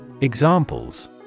Examples